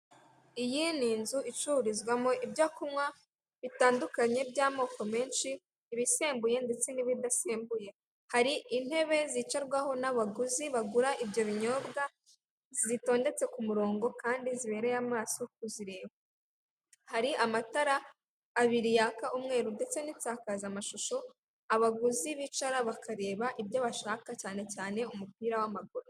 Iyi ni inzu icururizwamo ibyo kunywa bitandukanye by'amoko menshi, ibisembuye ndetse n'ibidasembuye, hari intebe zicarwaho n'abaguzi bagura ibyo binyobwa zitondetse ku murongo kandi zibereye amaso kuzireba, hari amatara abiri yaka umweru ndetse n'isakazamashusho abaguzi bicara bakareba ibyo bashaka cyane cyane umupira w'amaguru.